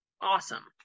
awesome